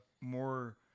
more